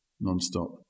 non-stop